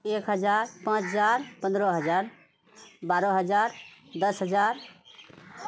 एक हजार पाँच हजार पन्द्रह हजार बारह हजार दश हजार